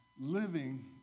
Living